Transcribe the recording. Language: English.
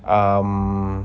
um